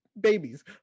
babies